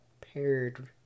paired